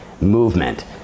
movement